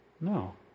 No